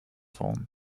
form